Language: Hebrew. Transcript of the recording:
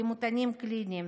הדימותנים הקליניים,